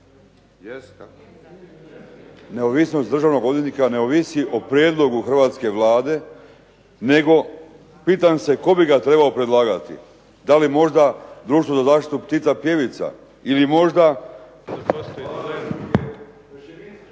Vlada. Neovisnost državnog odvjetnika ne ovisi o prijedlogu hrvatske Vlade nego pitam se tko bi ga trebao predlagati. Da li možda društvo za zaštitu ptica pjevica ili možda